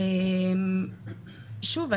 שוב,